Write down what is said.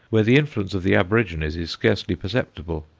where the influence of the aborigines is scarcely perceptible,